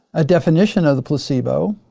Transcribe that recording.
a definition of the placebo.